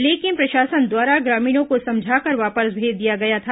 लेकिन प्रशासन द्वारा ग्रामीणों को समझाकर वापस भेज दिया गया था